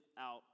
out